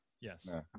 Yes